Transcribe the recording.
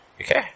Okay